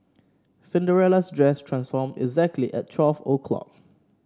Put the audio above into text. Cinderella's dress transformed exactly at twelve o'clock